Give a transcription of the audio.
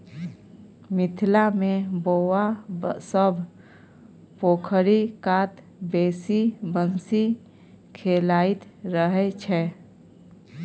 मिथिला मे बौआ सब पोखरि कात बैसि बंसी खेलाइत रहय छै